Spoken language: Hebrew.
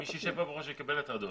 מי שיישב פה בראש יקבל הטרדות.